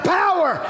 power